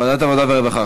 ועדת העבודה והרווחה.